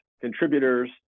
contributors